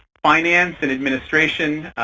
finance and administration.